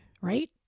right